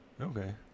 Okay